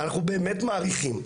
אנחנו באמת מעריכים,